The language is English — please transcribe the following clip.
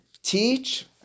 teach